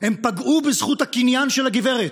הם פגעו בזכות הקניין של הגברת.